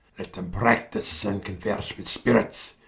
let them practise and conuerse with spirits.